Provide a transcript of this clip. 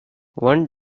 one